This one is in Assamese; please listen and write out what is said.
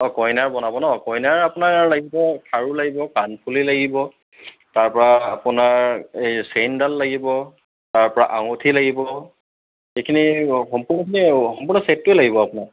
অঁ কইনাৰ বনাব ন কইনাৰ আপোনাৰ লাগিব খাৰু লাগিব কাণফুলি লাগিব তাৰপৰা আপোনাৰ এই চেইনডাল লাগিব তাৰপৰা আঙুঠি লাগিব এইখিনি সম্পূৰ্ণখিনি সম্পূৰ্ণ ছেটটোৱে লাগিব আপোনাৰ